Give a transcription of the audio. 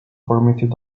permitted